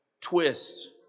twist